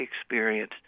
experience